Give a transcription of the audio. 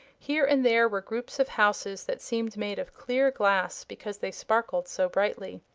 here and there were groups of houses that seemed made of clear glass, because they sparkled so brightly.